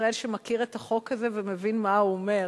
ישראל שמכיר את החוק ומבין מה הוא אומר.